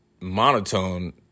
monotone